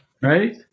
right